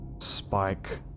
Spike